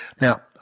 Now